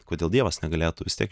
kodėl dievas negalėtų vis tiek